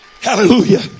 hallelujah